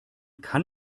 kann